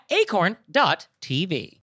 acorn.tv